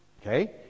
Okay